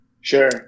Sure